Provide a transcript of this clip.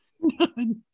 none